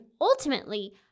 ultimately